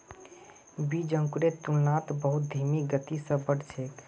बीज अंकुरेर तुलनात बहुत धीमी गति स बढ़ छेक